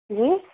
جی